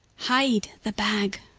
hide the bag.